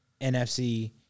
NFC